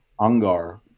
Angar